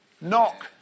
Knock